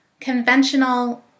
Conventional